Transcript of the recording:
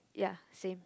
ya same